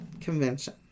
convention